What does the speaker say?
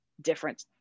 different